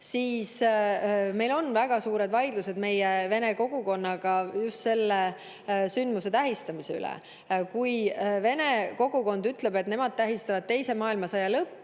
siis meil on väga suured vaidlused meie vene kogukonnaga just selle sündmuse tähistamise üle. Vene kogukond ütleb, et nemad tähistavad siis teise maailmasõja lõppu.